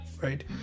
right